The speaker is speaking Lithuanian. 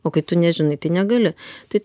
o kai tu nežinai tai negali tai